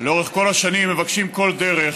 לאורך כל השנים מבקשים כל דרך,